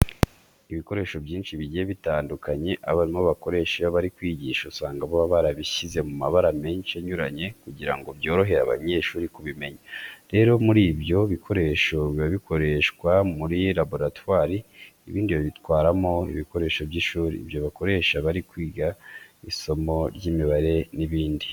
Ibikoresho byinshi bigiye bitandukanye abarimu bakoresha iyo bari kwigisha usanga baba barabishyize mu mabara menshi anyuranye kugira ngo byorohere abanyeshuri kubimenya. Rero bimwe muri ibyo bikoresho biba bikoreshwa muri laboratwari, ibindi babitwaramo ibikoresho by'ishuri, ibyo bakoresha bari kwiga isomo ry'imibare n'ibindi.